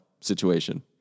situation